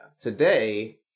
Today